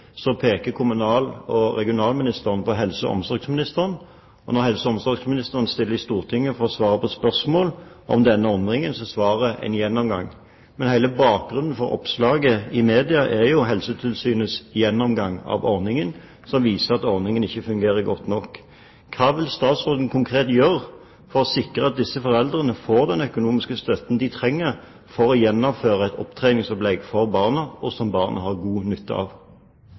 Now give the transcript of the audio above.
peker kommunal- og regionalministeren på helse- og omsorgsministeren. Når helse- og omsorgsministeren stiller i Stortinget for å svare på spørsmål om denne ordningen, er svaret «gjennomgang». Men hele bakgrunnen for oppslaget i media er jo Helsetilsynets gjennomgang av ordningen, som viser at ordningen ikke fungerer godt nok. Hva vil statsråden konkret gjøre for å sikre at disse foreldrene får den økonomiske støtten de trenger for å gjennomføre et opptreningsopplegg for barna, og som barna har god nytte av?